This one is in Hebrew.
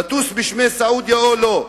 לטוס בשמי סעודיה או לא.